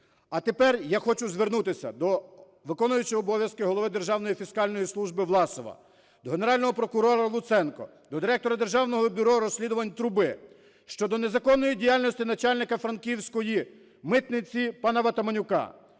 А тепер я хочу звернутися до виконуючого обов'язки голови Державної фіскальної служби Власова, до Генерального прокурора Луценко, до директора Державного бюро розслідувань Труби щодо незаконної діяльності начальника Франківської митниці пана Ватаманюка.